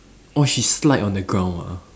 orh she slide on the ground ah